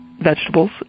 vegetables